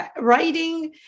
writing